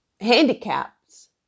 Handicaps